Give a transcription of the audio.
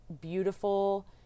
beautiful